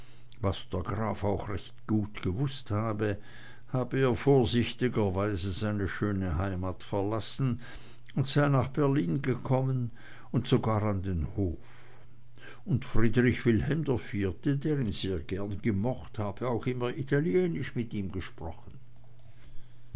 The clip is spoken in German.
der graf auch recht gut gewußt habe hab er vorsichtigerweise seine schöne heimat verlassen und sei nach berlin gekommen und sogar an den hof und friedrich wilhelm iv der ihn sehr gern gemocht hab auch immer italienisch mit ihm gesprochen